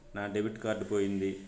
నా debit card పోయింది